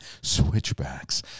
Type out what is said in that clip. switchbacks